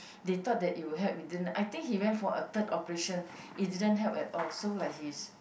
they thought that it will help but it didn't I think he went for a third operation it didn't help at all so like he is